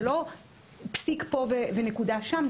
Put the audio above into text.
זה לא פסיק פה ונקודה שם,